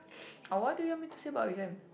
uh what do you want me to say about exam